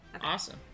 awesome